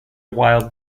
wild